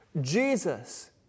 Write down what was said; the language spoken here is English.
Jesus